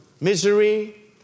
misery